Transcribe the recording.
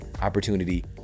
Opportunity